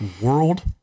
World